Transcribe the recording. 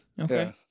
Okay